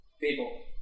people